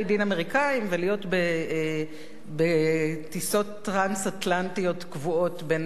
אמריקנים ולהיות בטיסות טרנס-אטלנטיות קבועות בין